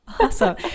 Awesome